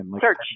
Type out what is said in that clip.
Search